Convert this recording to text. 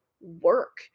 work